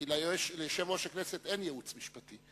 כי ליושב-ראש הכנסת אין ייעוץ משפטי.